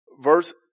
Verse